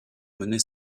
mener